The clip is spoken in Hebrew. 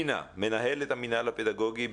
אינה זלצמן, מנהלת המינהל הפדגוגי.